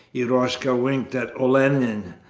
eroshka winked at olenin,